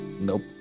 Nope